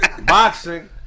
Boxing